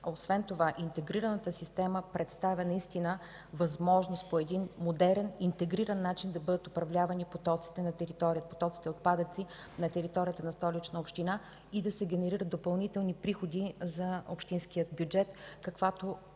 Освен това интегрираната система представя възможност по един модерен интегриран начин да бъдат управлявани потоците отпадъци на територията на Столичната община и да се генерират допълнителни приходи за общинския бюджет, каквато